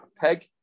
peg